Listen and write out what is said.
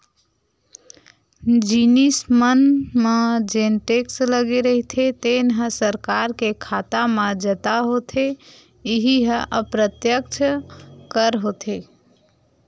जिनिस मन म जेन टेक्स लगे रहिथे तेन ह सरकार के खाता म जता होथे इहीं ह अप्रत्यक्छ कर होथे